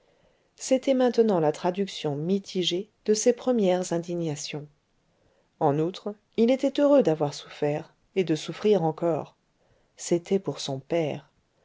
c'était maintenant la traduction mitigée de ses premières indignations en outre il était heureux d'avoir souffert et de souffrir encore c'était pour son père